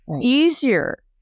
easier